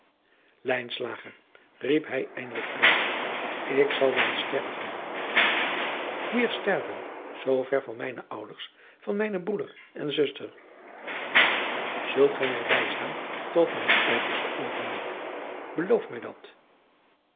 riep hij eindelijk uit ik zal dansterven hier sterven zoo ver van mijne ouders van mijne broeder en zuster zult gij mij bijstaan tot mijn uiterste oogenblik beloof mij dat